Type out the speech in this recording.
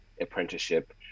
apprenticeship